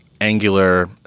angular